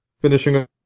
finishing